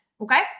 Okay